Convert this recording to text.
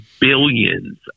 billions